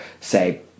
say